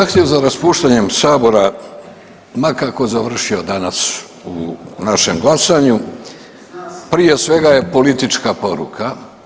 Zahtjev za raspuštanjem sabora ma kako završio danas u našem glasanju, prije svega je politička poruka.